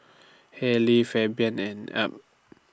Harlie Fabian and Ab